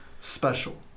special